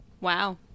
Wow